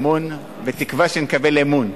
בתקווה שנקבל אמון.